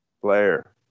player